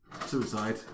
suicide